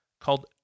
called